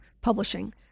Publishing